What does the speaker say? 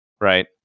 Right